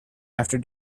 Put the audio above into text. after